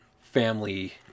family